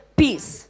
peace